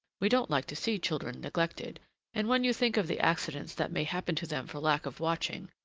we don't like to see children neglected and when you think of the accidents that may happen to them for lack of watching,